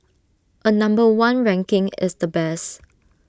A number one ranking is the best